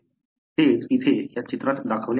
तेच इथे या चित्रात दाखवले आहे